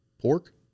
Pork